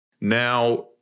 Now